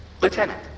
Lieutenant